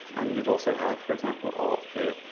and you'd also have for example, arp here.